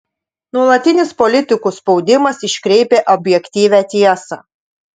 nuolatinis politikų spaudimas iškreipia objektyvią tiesą